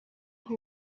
who